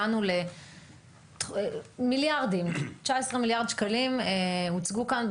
הגענו למיליארדים 19 מיליארד שקלים הוצגו כאן,